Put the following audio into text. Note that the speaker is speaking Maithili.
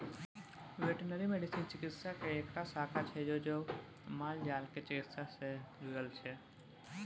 बेटनरी मेडिसिन चिकित्सा केर एकटा शाखा छै जे मालजालक चिकित्सा सँ जुरल छै